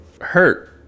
hurt